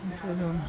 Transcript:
उसको जो है